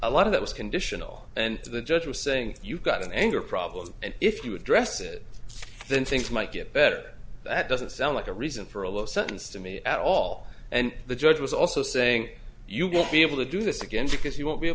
a lot of it was conditional and the judge was saying you've got an anger problem and if you address it then things might get better that doesn't sound like a reason for a low sentence to me at all and the judge was also saying you won't be able to do this again because you won't be a